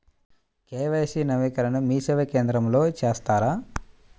KYC నవీకరణని మీసేవా కేంద్రం లో చేస్తారా?